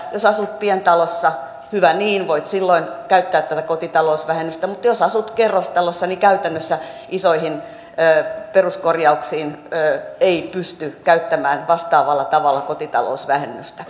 jos asut pientalossa hyvä niin voit silloin käyttää tätä kotitalousvähennystä mutta jos asut kerrostalossa niin käytännössä isoihin peruskorjauksiin ei pysty käyttämään vastaavalla tavalla kotitalousvähennystä